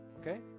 okay